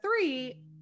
three